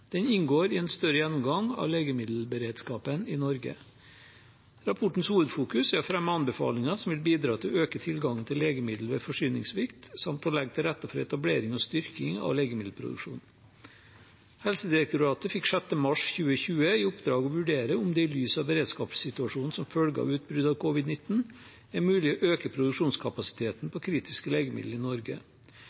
Den inngår i en større gjennomgang av legemiddelberedskapen i Norge. Rapportens hovedfokus er å fremme anbefalinger som vil bidra til å øke tilgangen til legemiddel ved forsyningssvikt, samt å legge til rette for etablering og styrking av legemiddelproduksjon. Helsedirektoratet fikk 6. mars 2020 i oppdrag å vurdere om det i lys av beredskapssituasjonen som følge av utbruddet av covid-19 er mulig å øke produksjonskapasiteten på kritiske legemiddel i Norge.